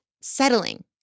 settling